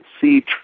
see